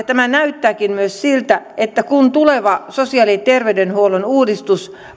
tämä näyttääkin myös siltä että kun tuleva sosiaali ja terveydenhuollon uudistus